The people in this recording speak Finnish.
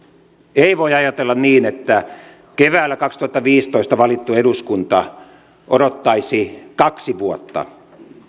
ei voi ajatella niin että keväällä kaksituhattaviisitoista valittu eduskunta odottaisi kaksi vuotta